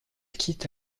quitte